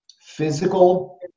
physical